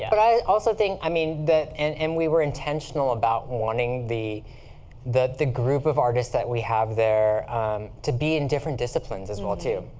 yeah but i also think i mean and and we were intentional about wanting the the the group of artists that we have there to be in different disciplines, as well, too.